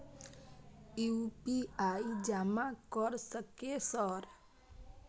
UPI जमा कर सके सर?